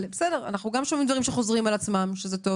אנו גם שומעים דברים שחוזרים על עצמם וזה טוב